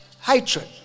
hatred